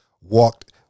walked